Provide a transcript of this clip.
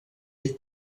ell